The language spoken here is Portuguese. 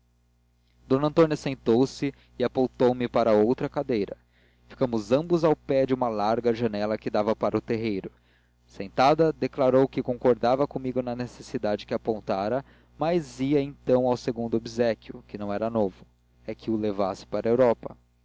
d antônia sentou-se e apontou me para outra cadeira ficamos ambos ao pé de uma larga janela que dava para o terreiro sentada declarou que concordava comigo na necessidade que apontara mas ia então ao segundo obséquio que não era novo é que o levasse para a europa